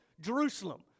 Jerusalem